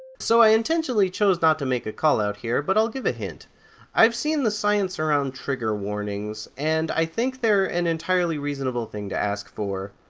so, i intentionally chose not to make a callout here, but i'll give a hint i've seen the science around trigger warnings, and i still think they're an entirely reasonable thing to ask for.